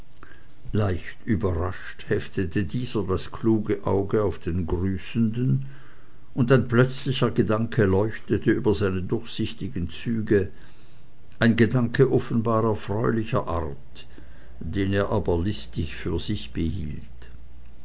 leicht überrascht heftete dieser das kluge auge auf den grüßenden und ein plötzlicher gedanke leuchtete über seine durchsichtigen züge ein gedanke offenbar erfreulicher art den er aber listig für sich behielt